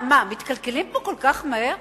מה, מתקלקלים פה כל כך מהר?